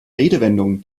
redewendungen